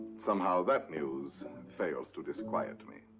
somehow that news fails to disquiet me.